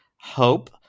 Hope